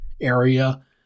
area